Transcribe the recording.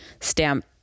stamp